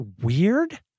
weird